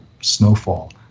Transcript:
snowfall